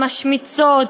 המשמיצות,